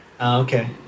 Okay